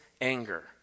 anger